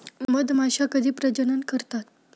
मधमाश्या कधी प्रजनन करतात?